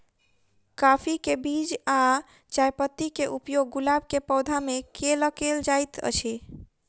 काफी केँ बीज आ चायपत्ती केँ उपयोग गुलाब केँ पौधा मे केल केल जाइत अछि?